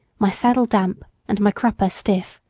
my saddle damp, and my crupper stiff.